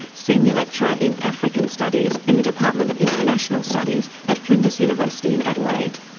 senior lecturer in african studies in the department of international studies at flinders university in adelaide.